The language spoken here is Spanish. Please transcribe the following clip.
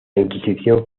inquisición